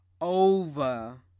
over